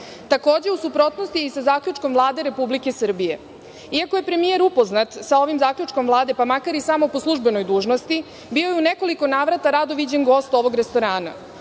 Takođe je u suprotnosti sa zaključkom Vlade Republike Srbije. Iako je premijer upoznat sa ovim zaključkom Vlade, pa makar i samo po službenoj dužnosti, bio je u nekoliko navrata rado viđen gost ovog restorana. Pitamo